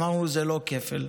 אמרנו: זה לא כפל.